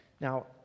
Now